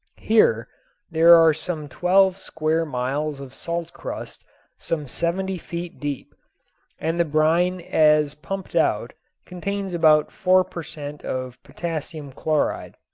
here there are some twelve square miles of salt crust some seventy feet deep and the brine as pumped out contains about four per cent. of potassium chloride.